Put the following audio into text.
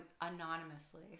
anonymously